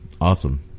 awesome